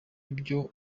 ibyo